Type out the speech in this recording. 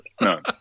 no